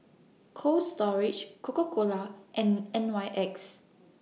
Cold Storage Coca Cola and N Y X